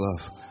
love